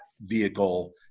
vehicle